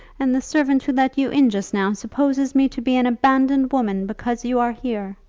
and the servant who let you in just now supposes me to be an abandoned woman because you are here.